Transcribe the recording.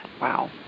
Wow